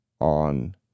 on